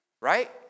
right